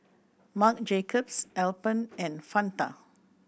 Marc Jacobs Alpen and Fanta